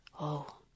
Oh